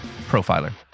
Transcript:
Profiler